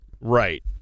Right